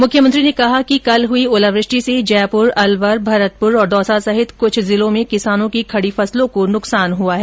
मुख्यमंत्री ने कहा कि कल हुई ओलावृष्टि से जयपुर अलवर भरतपुर और दौसा सहित कुछ जिलों में कैसानों की खड़ी फसलों को नुकसान हुआ है